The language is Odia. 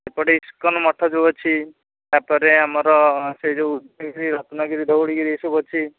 ଏପଟେ ଇସ୍କନ୍ ମଠ ଯେଉଁ ଅଛି ତା'ପରେ ଆମର ସେ ଯେଉଁ ରତ୍ନଗିରି ଧଉଳିଗିରି ଏସବୁ ଅଛି